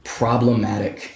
problematic